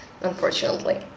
unfortunately